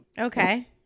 Okay